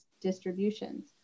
distributions